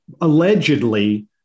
allegedly